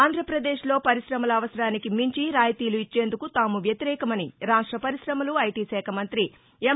ఆంధ్రాపదేశ్లో పరిశమల అవసరానికి మించి రాయితీలు ఇచ్చేందుకు తాము వ్యతిరేకమని రాష్ట్ర పరిశ్రమలు ఐటీ శాఖ మంత్రి ఎం